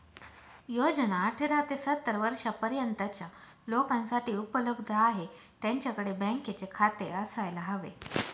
योजना अठरा ते सत्तर वर्षा पर्यंतच्या लोकांसाठी उपलब्ध आहे, त्यांच्याकडे बँकेचे खाते असायला हवे